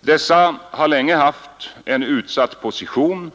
Dessa har länge haft en utsatt position.